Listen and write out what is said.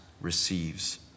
receives